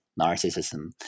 narcissism